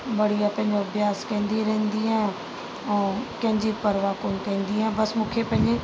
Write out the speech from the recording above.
वरी अपन अभ्यास कंदी रहंदी आहियां ऐं कंहिंजी परवाह कोई कंदी आहे बसि मूंखे पंहिंजे